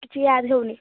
କିଛି ୟାଦ୍ ହେଉନି